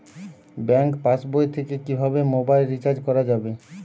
Bank পাশবই থেকে কিভাবে মোবাইল রিচার্জ করা যাবে?